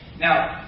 Now